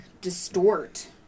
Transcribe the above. distort